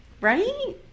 Right